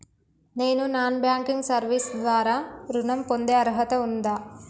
నేను non banking service ద్వారా ఋణం పొందే అర్హత ఉందా?